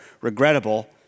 regrettable